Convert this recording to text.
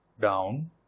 down